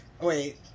Wait